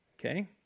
okay